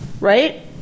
right